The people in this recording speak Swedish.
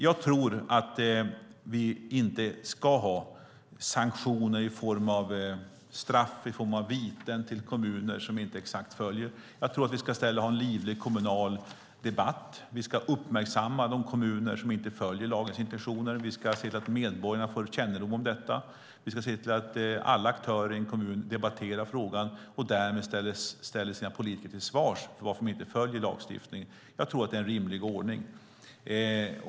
Jag tror inte att vi ska ha sanktioner i form av straff och viten till kommuner som inte exakt följer detta. I stället tror jag att vi ska ha en livlig kommunal debatt. Vi ska uppmärksamma de kommuner som inte följer lagens intentioner, och vi ska se till att medborgarna får kännedom om detta. Vi ska se till att alla aktörer i en kommun debatterar frågan och därmed ställer sina politiker till svars för varför de inte följer lagstiftningen. Det tror jag är en rimlig ordning.